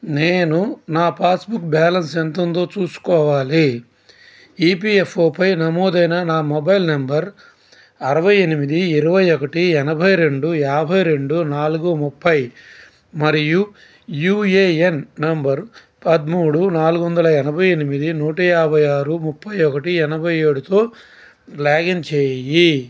నేను నా passbook balance ఎంతుందో చూసుకోవాలి ఇపిఎఫ్ఓపై నమోదైన నా మొబైల్ నెంబర్ అరవై ఎనిమిది ఇరువై ఒకటి ఎనభై రెండు యాభై రెండు నాలుగు ముప్పై మరియు యూఎఎన్ నంబర్ పదమూడు నాలుగు వందల ఎనభై ఎనిమిది నూట యాభై ఆరు ముప్పై ఒకటి ఎనభై ఏడుతో లాగిన్ చెయ్యి